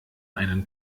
einen